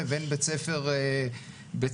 לבין בית ספר פרטי.